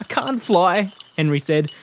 ah and fly henry said,